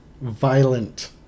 violent